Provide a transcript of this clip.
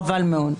חבל מאוד.